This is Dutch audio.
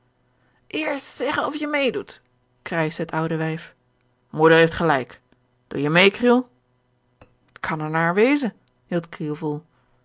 zeggen of je meê doet krijschte het oude wijf moeder heeft gelijk doe je meê kriel t kan er naar wezen hield kriel vol